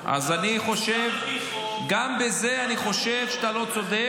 הוא מוסמך על פי חוק --- גם בזה אני חושב שאתה לא צודק,